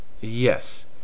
Yes